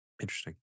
Interesting